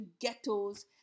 ghettos